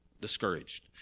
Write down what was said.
discouraged